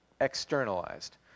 externalized